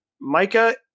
Micah